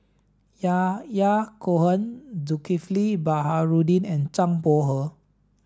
Yahya Cohen Zulkifli Baharudin and Zhang Bohe